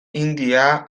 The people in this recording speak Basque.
hindia